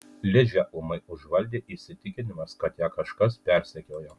ližę ūmai užvaldė įsitikinimas kad ją kažkas persekioja